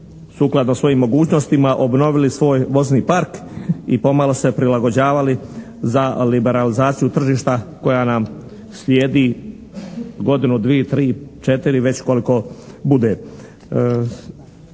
sukladno svojim mogućnostima obnovili svoj vozni park i pomalo se prilagođavali za liberalizaciju tržišta koja nam sljedi godinu, dvije, tri, četiri, već koliko bude.